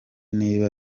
niba